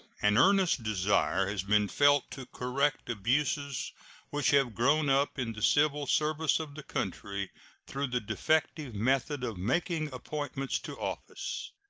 an earnest desire has been felt to correct abuses which have grown up in the civil service of the country through the defective method of making appointments to office.